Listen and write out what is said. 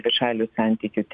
dvišalių santykių